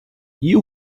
you